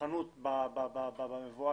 חנות במבואה.